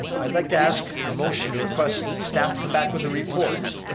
i'd like to ask a motion to request staff to come back with a report.